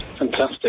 Fantastic